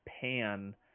pan